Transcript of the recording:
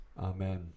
Amen